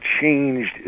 changed